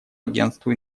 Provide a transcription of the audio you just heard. агентству